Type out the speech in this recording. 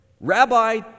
Rabbi